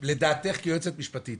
האוצר --- לדעתך כיועצת משפטית,